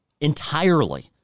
entirely